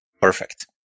Perfect